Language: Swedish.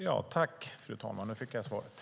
Fru talman! Tack - nu fick jag svaret!